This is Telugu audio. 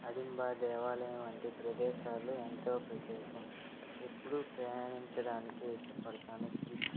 అడింబ దేవాలయం వంటి ప్రదేశాలు ఎంతో ప్రత్యేకం ఎప్పుడూ ప్రయాణించడానికే ఇష్టపడతాను చల్